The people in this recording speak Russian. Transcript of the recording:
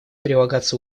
прилагаться